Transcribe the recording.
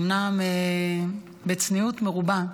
אומנם בצניעות מרובה,